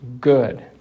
good